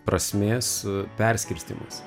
prasmės perskirstymas